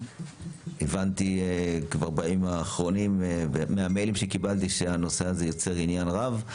הבנתי כבר בימים האחרונים מהמיילים שקיבלתי שהנושא הזה יוצר עניין רב.